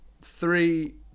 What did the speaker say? three